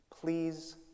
please